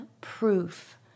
proof